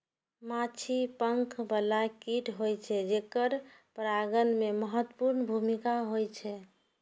माछी पंख बला कीट होइ छै, जेकर परागण मे महत्वपूर्ण भूमिका होइ छै